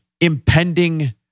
impending